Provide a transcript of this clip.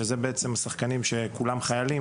שכולה חיילים,